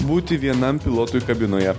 būti vienam pilotui kabinoje